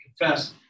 confess